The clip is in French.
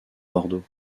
bordeaux